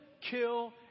kill